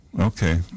okay